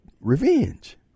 revenge